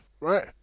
right